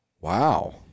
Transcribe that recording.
Wow